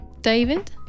David